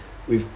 with